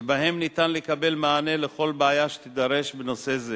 שבהם ניתן לקבל מענה על כל בעיה שתידרש בנושא זה,